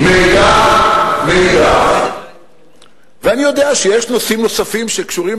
אני יודע שיש נושאים נוספים שקשורים